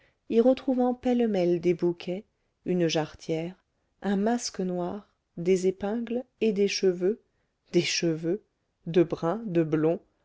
y retrouvant pêle-mêle des bouquets une jarretière un masque noir des épingles et des cheveux des cheveux de bruns de blonds